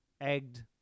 egged